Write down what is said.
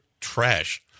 trash